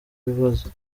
ibibazo